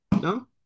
No